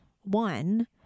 One